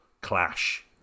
clash